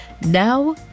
Now